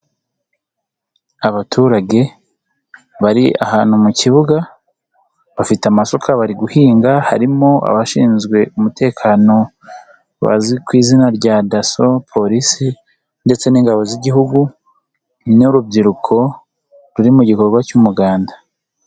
Abaturage bari ahantu mu kibuga, bafite amasuka bari guhinga, harimo abashinzwe umutekano bazwi ku izina rya daso, polisi ndetse n'ingabo z'igihugu n'urubyiruko ruri mu gikorwa cy'umuganda.